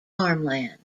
farmland